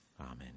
Amen